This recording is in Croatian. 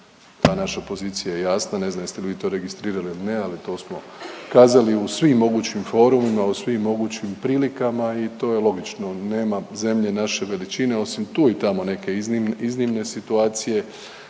Ta naša pozicija je jasna, ne znam jeste li vi to registrirali ili ne, ali to smo kazali u svim mogućim forumima, u svim mogućim prilikama i to je logično, nema zemlje naše veličine, osim tu i tamo neke iznimne situacije,